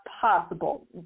possible